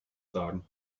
sagen